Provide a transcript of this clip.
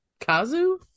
Kazu